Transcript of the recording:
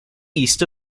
east